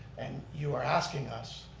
and you are asking us